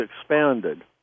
expanded